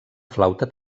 flauta